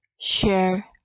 share